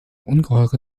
ungeheure